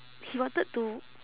he wanted to